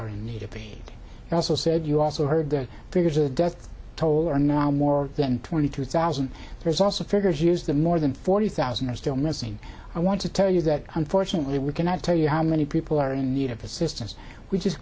are in need of aid and also said you also heard the figures of the death toll are now more than twenty two thousand there's also figures used to more than forty thousand are still missing i want to tell you that unfortunately we cannot tell you how many people are in need of assistance which is